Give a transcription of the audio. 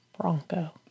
Bronco